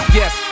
yes